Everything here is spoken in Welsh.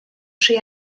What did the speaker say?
tri